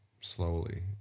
slowly